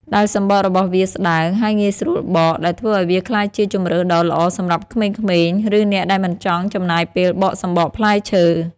ដែលសំបករបស់វាស្តើង ហើយងាយស្រួលបក ដែលធ្វើឲ្យវាក្លាយជាជម្រើសដ៏ល្អសម្រាប់ក្មេងៗ ឬអ្នកដែលមិនចង់ចំណាយពេលបកសំបកផ្លែឈើ។